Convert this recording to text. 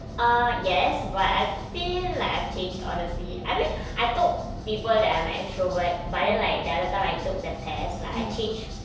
err yes but I feel like I've changed honestly I mean I told people that I'm an extrovert but then like the other time I took the test like I've changed